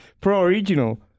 pro-original